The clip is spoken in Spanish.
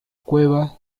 cueva